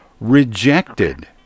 rejected